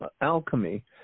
alchemy